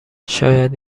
شاید